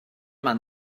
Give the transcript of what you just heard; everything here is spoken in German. man